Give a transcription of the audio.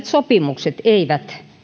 sopimuksissa